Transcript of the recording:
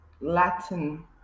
Latin